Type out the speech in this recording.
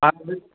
हा